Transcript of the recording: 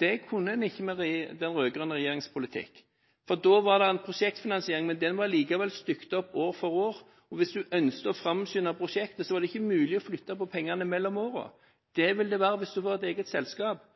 Det kunne en ikke med den rød-grønne regjeringens politikk, for da var det en prosjektfinansiering, men den var likevel stykket opp år for år. Og hvis du ønsket å framskynde prosjektet, så var det ikke mulig å flytte på pengene mellom årene. Det vil det være hvis du får et eget selskap.